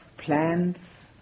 plans